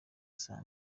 saa